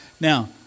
Now